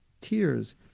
tears